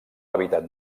hàbitat